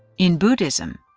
in buddhism,